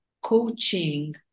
coaching